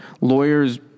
lawyers